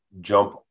jump